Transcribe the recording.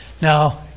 Now